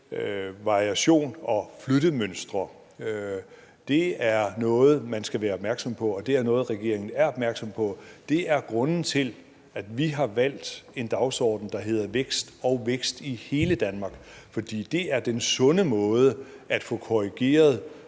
variation og flyttemønstre er noget, man skal være opmærksom på, og det er noget, regeringen er opmærksom på. Det er grunden til, at vi har valgt en dagsorden, der hedder vækst og vækst i hele Danmark, fordi det er den sunde måde at få boligpriserne